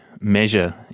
measure